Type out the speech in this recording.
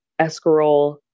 escarole